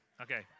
Okay